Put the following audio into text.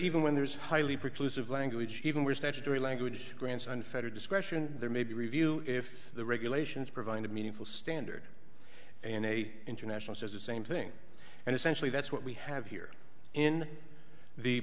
even when there is highly precludes of language even where statutory language grants unfettered discretion there may be review if the regulations provide a meaningful standard in a international says the same thing and essentially that's what we have here in the